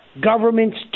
Government's